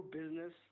business